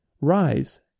Rise